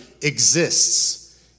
exists